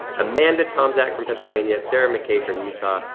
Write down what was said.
amanda tomzak from pennsylvania, sarah mckay from utah.